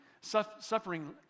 suffering